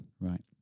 Right